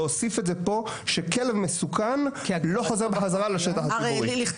להוסיף את זה פה שכלב מסוכן לא חוזר בחזרה לשטח הציבורי.